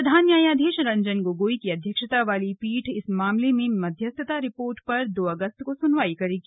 प्रधान न्यायाधीश रंजन गोगोई की अध्यक्षता वाली पीठ इस मामले में मध्यस्थता रिपोर्ट पर दो अगस्त को सुनवाई करेगी